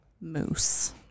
moose